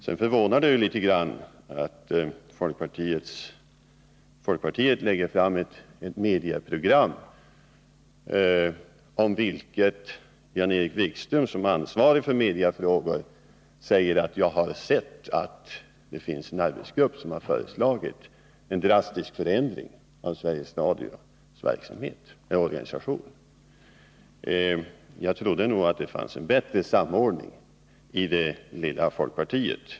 Det förvånar litet grand att folkpartiet lägger fram förslag till ett medieprogram, om vilket Jan-Erik Wikström som ansvarig för mediefrågor säger: Jag har sett att det finns en arbetsgrupp i folkpartiet som föreslagit en drastisk förändring av Sveriges Radios organisation. Jag trodde faktiskt att det fanns en bättre samordning i det lilla folkpartiet.